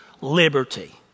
liberty